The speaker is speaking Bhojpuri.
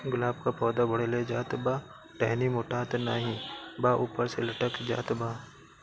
गुलाब क पौधा बढ़ले जात बा टहनी मोटात नाहीं बा ऊपर से लटक जात बा?